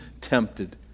tempted